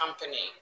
company